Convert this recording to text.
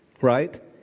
Right